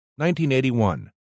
1981